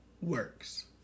works